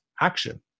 action